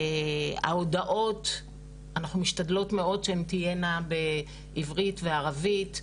ההודעות אנחנו משתדלות מאוד שהן תהיינה בעברית וערבית.